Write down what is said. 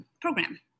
program